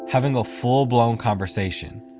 having a full blown conversation,